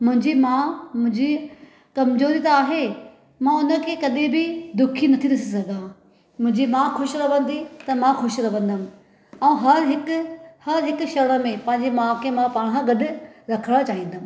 मुंहिंजी माउ मुंहिंजी कमज़ोरी त आहे मां उन खे कॾहिं बि दुखी न थी ॾिसी सघां मुंहिंजी माउ ख़ुशि रहंदी त मां ख़ुशि रहंदमि ऐं हरु हिकु हरु हिकु शण में पंहिंजी माउ खे मां पाण सां गॾु रखणु चाहींदमि